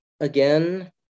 again